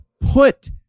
put